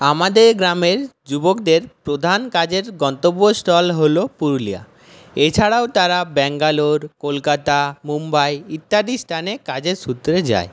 আমাদের গ্রামের যুবকদের প্রধান কাজের গন্তব্যস্থল হলো পুরুলিয়া এছাড়াও তারা ব্যাঙ্গালোর কলকাতা মুম্বাই ইত্যাদি স্থানে কাজের সূত্রে যায়